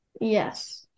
Yes